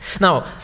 Now